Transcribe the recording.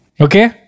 Okay